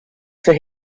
for